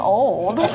old